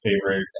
favorite